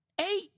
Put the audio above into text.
Eight